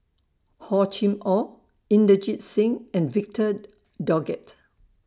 Hor Chim Or Inderjit Singh and Victor Doggett